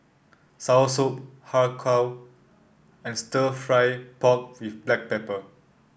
soursop Har Kow and stir fry pork with Black Pepper